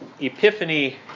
Epiphany